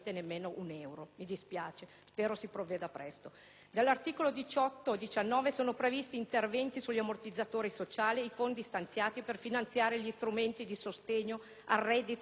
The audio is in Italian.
Negli articoli 18 e 19 sono previsti interventi sugli armonizzatori sociali e i fondi stanziati per finanziare gli strumenti di sostegno al reddito in caso di sospensione dal lavoro